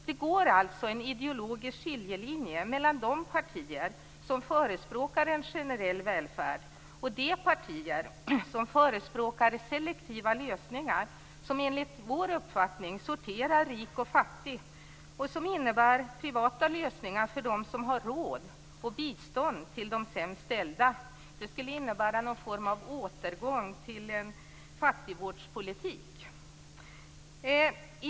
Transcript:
Det går alltså en ideologisk skiljelinje mellan de partier som förespråkar en generell välfärd och de partier som förespråkar selektiva lösningar som enligt vår uppfattning sorterar rik och fattig och som innebär privata lösningar för dem som har råd och bistånd till de sämst ställda. Det skulle innebära en återgång till någon form av fattigvårdspolitik.